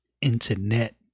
internet